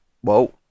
Whoa